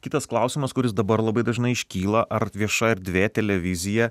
kitas klausimas kuris dabar labai dažnai iškyla ar vieša erdvė televizija